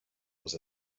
was